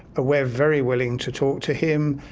we're very willing to talk to him.